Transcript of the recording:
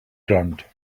ground